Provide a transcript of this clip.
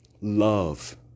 love